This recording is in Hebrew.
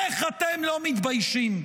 איך אתם לא מתביישים?